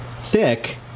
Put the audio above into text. thick